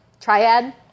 triad